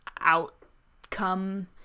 outcome